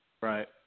Right